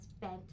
bent